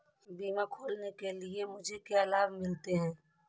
बीमा खोलने के लिए मुझे क्या लाभ मिलते हैं?